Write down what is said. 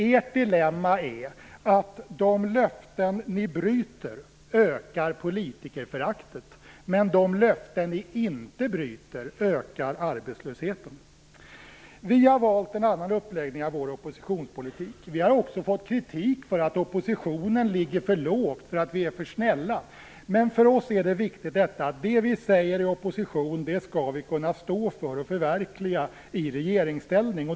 Ert dilemma är att de löften ni bryter ökar politikerföraktet men att de löften ni inte bryter ökar arbetslösheten. Vi har valt en annan uppläggning av vår oppositionspolitik. Vi har också fått kritik för att oppositionen ligger för lågt och för att vi är för snälla. Men för oss är det viktigt att det vi säger i opposition skall vi kunna stå för och förverkliga i regeringsställning.